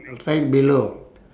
right below